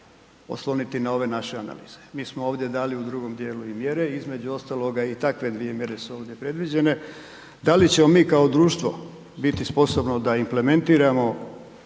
osloniti na ove naše analize. Mi smo ovdje dali u drugom dijelu i mjere, između ostaloga i takve dvije mjere su ovdje predviđene. Da li ćemo mi kao društvo biti sposobno da implementiramo